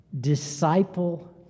disciple